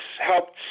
helped